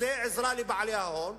זה עזרה לבעלי ההון,